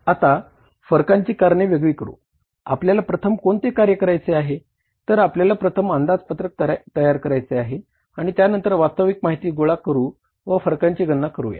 आता फरकांची कारणे वेगळी करु आपल्याला प्रथम कोणते कार्य करायचे आहे तर आपल्याला प्रथम अंदाजपत्रक तयार करायचे आहे आणि त्यानंतर वास्तविक माहिती गोळा करू व फरकांची गणना करूया